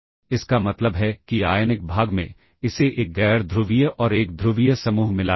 तो हमारा मतलब यह है कि मान लीजिए कि मेरा सबरूटीन ठीक है